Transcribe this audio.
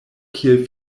kiel